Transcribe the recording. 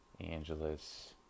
Angeles